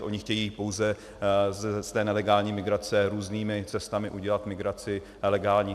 Oni chtějí pouze z té nelegální migrace různými cestami udělat migraci legální.